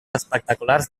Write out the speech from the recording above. espectaculars